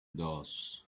dos